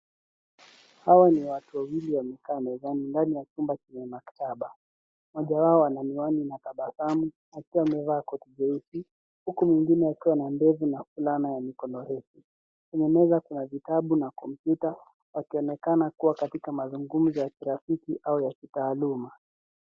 Hawa ni watu wawili wamekaa mezani ndani ya chumba chenye maktaba, mmoja wao ana miwani na tabasamu, akiwa amevaa koti jeusi, huku mwingine akiwa na ndevu na fulana ya mikono, refu. Kwenye meza kuna vitabu, na kompyuta, wakionekana kuwa katika mazungumzo ya kirafiki, au ya kitaaluma.